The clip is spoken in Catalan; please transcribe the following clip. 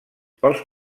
pels